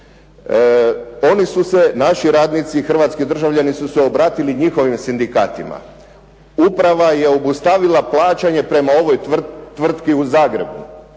naši radnici, Hrvatski državljani su se obratili njihovim sindikatima, uprava je obustavila plaćanje prema ovoj tvrtki u Zagrebu,